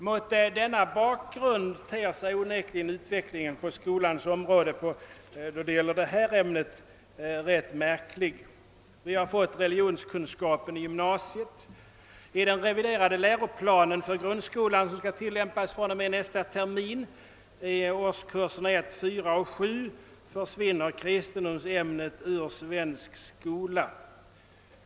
Mot denna bakgrund ter sig onekligen utvecklingen på skolans område då det gäller detta ämne ganska märklig. Vi har fått religionskunskap i gymnasiet. I och med den reviderade läroplanen för grundskolan, som skall tillämpas från och med nästa termin i årskurserna 1, 4 och 7 försvinner kristendoms ämnet ur svensk skola.